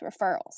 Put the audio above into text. referrals